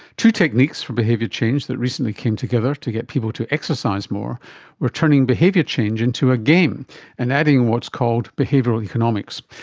two techniques for behaviour change that recently came together to get people to exercise more were turning behaviour change into a game and adding what's called behavioural economics,